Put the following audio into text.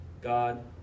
God